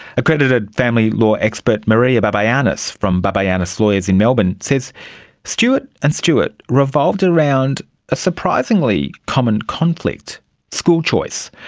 accredited family law expert maria barbayannis from barbayannis lawyers in melbourne says stewart and stewart revolved around a surprisingly common conflict school choice.